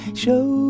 show